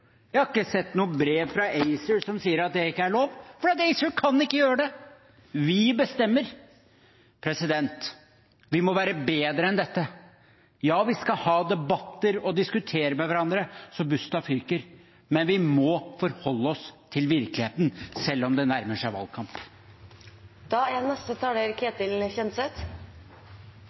Jeg har ikke sett noe brev fra ACER som sier at det ikke er lov, for ACER kan ikke gjøre det – vi bestemmer. Vi må være bedre enn dette. Ja, vi skal ha debatter og diskutere med hverandre så busta fyker, men vi må forholde oss til virkeligheten, selv om det nærmer seg